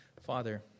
Father